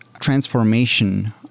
transformation